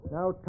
Now